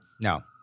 No